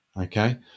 okay